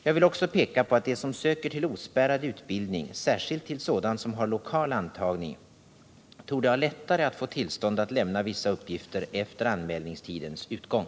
Jag vill också peka på att de som söker till ospärrad utbildning, särskilt till sådan som har lokal antagning, torde ha lättare att få tillstånd att lämna vissa uppgifter efter anmälningstidens utgång.